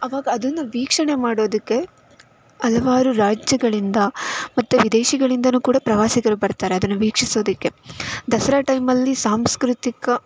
ಆವಾಗ ಅದನ್ನು ವೀಕ್ಷಣೆ ಮಾಡೋದಕ್ಕೆ ಹಲವಾರು ರಾಜ್ಯಗಳಿಂದ ಮತ್ತು ವಿದೇಶಗಳಿಂದಲೂ ಕೂಡ ಪ್ರವಾಸಿಗರು ಬರ್ತಾರೆ ಅದನ್ನು ವೀಕ್ಷಿಸೋದಕ್ಕೆ ದಸರಾ ಟೈಮಲ್ಲಿ ಸಾಂಸ್ಕೃತಿಕ